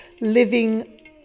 living